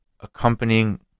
accompanying